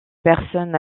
personnes